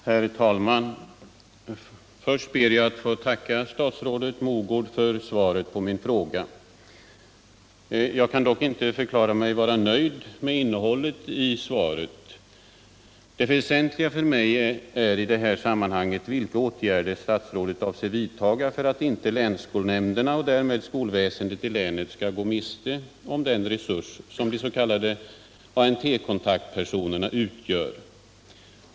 Herr talman! Först ber jag att få tacka statsrådet Mogård för svaret på min interpellation. Jag kan dock inte förklara mig vara nöjd med innehållet i Svaret. Det väsentliga för mig är i det här sammanhanget att få svar på frågan om vilka åtgärder statsrådet avser vidta för att inte länsskolnämnderna och därmed skolväsendet i länen skall gå miste om den resurs som de s.k. ANT kontaktpersonerna utgör.